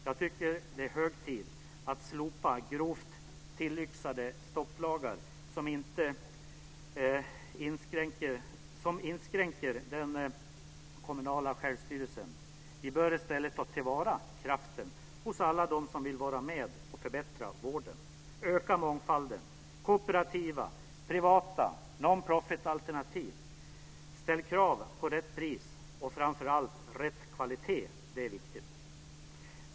Jag tycker att det är hög tid att slopa grovt tillyxade stopplagar som inskränker den kommunala självstyrelsen. Vi bör i stället ta till vara kraften hos alla dem som vill vara med och förbättra vården. Öka mångfalden - kooperativa och privata non-profit-alternativ! Ställ krav på rätt pris och framför allt rätt kvalitet! Det är viktigt.